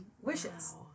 wishes